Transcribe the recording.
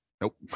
nope